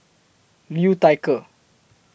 Liu Thai Ker